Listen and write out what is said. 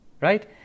right